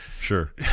Sure